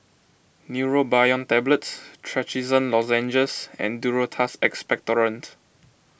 Neurobion Tablets Trachisan Lozenges and Duro Tuss Expectorant